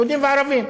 יהודים וערבים,